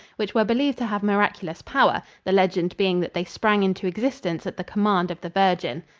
which were believed to have miraculous power, the legend being that they sprang into existence at the command of the virgin.